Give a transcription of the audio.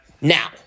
Now